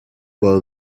well